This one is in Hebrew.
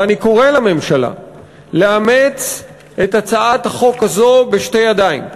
ואני קורא לממשלה לאמץ את הצעת החוק הזו בשתי ידיים.